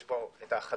יש פה את החדשים,